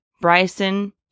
bryson